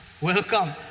welcome